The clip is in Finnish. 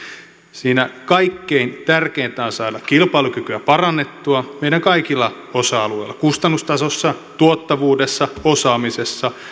siinä kaikkein tärkeintä on saada kilpailukykyä parannettua meidän kaikilla osa alueillamme kustannustasossa tuottavuudessa osaamisessa